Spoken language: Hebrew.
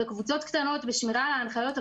בקבוצות קטנות תוך שמירה על ההנחיות.